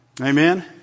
Amen